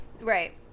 Right